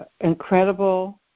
incredible